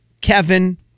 Kevin